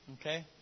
Okay